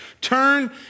Turn